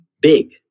big